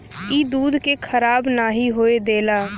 ई दूध के खराब नाही होए देला